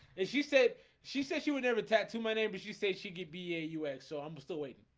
and she said she said she would never tattoo my name, but she said she could be a us, so i'm just waiting